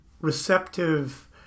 receptive